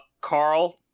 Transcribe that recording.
Carl